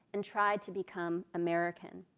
and tried to become american.